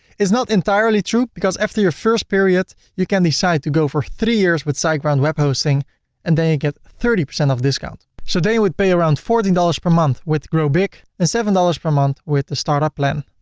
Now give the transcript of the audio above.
it's not entirely true, because after your first period, you can decide to go for three years with siteground web hosting and then you get thirty percent of discount. so then you would pay around fourteen dollars per month with growbig, and seven dollars per month with the startup plan.